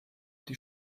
die